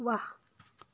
ৱাহ